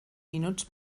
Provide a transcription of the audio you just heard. minuts